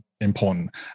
important